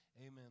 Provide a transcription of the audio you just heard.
Amen